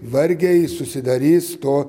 vargiai susidarys to